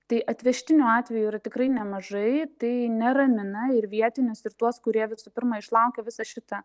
tai atvežtinių atvejų yra tikrai nemažai tai neramina ir vietinius ir tuos kurie visų pirma išlaukė visą šitą